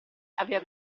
aveva